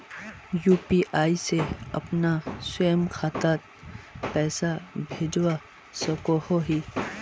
UPI से अपना स्वयं खातात पैसा भेजवा सकोहो ही?